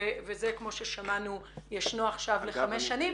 וזה כמו ששמענו יש עכשיו לחמש שנים.